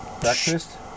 Breakfast